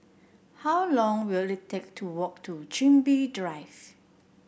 how long will it take to walk to Chin Bee Drive